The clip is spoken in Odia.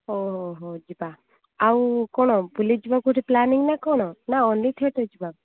ହଉ ହଉ ହଉ ଯିବା ଆଉ କ'ଣ ବୁଲିଯିବା କୋଉଠି ପ୍ଲାନିଂ ନା କ'ଣ ନା ଓନଲି ଥିଏଟର୍ ଯିବା